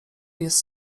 jest